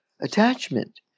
attachment